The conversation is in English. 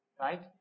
right